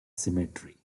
cemetery